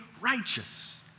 righteous